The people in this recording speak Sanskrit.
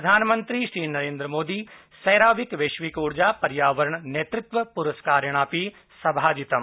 प्रधानमंत्री नरेन्द्रमोदी सेरावीक वैश्विकोर्जा पर्यावरण नेतृत्व पुरस्कारेण अपि सभाजितम्